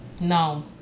No